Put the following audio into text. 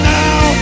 now